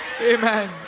Amen